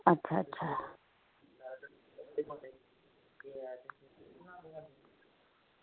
अच्छा अच्छा